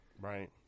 right